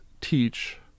teach